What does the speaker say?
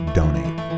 donate